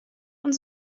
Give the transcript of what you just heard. und